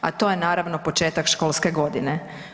A to je naravno, početak školske godine.